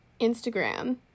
Instagram